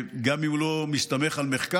גם אם הוא לא מסתמך על מחקר,